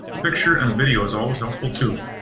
a picture and a video is always helpful too.